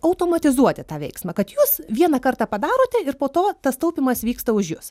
automatizuoti tą veiksmą kad jūs vieną kartą padarote ir po to tas taupymas vyksta už juos